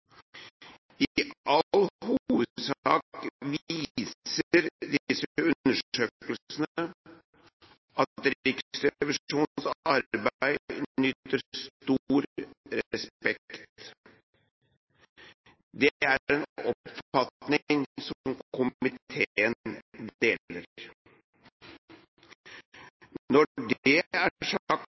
I all hovedsak viser disse undersøkelsene at Riksrevisjonens arbeid nyter stor respekt. Det er en oppfatning som komiteen deler. Når det er sagt,